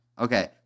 Okay